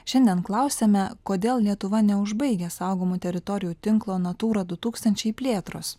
šiandien klausiame kodėl lietuva neužbaigia saugomų teritorijų tinklo natūra du tūkstančiai plėtros